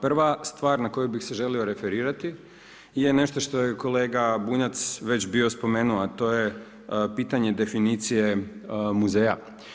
Prva stvar na koju bih se želio referirat je nešto što je kolega Bunjac već bio spomenuo, a to je pitanje definicije muzeja.